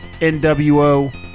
NWO